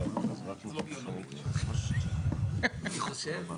מהייעוץ המשפטי במשטרה.